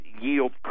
yield